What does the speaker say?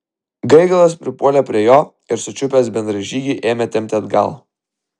gaigalas pripuolė prie jo ir sučiupęs bendražygį ėmė tempti atgal